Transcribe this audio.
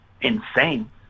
insane